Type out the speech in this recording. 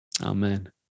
Amen